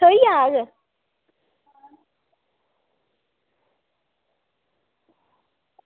थ्होई जाह्ग